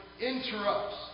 interrupts